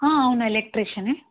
అవును ఎలక్ట్రీషనే